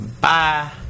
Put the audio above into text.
Bye